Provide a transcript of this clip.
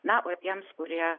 na o tiems kurie